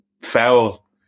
foul